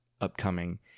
upcoming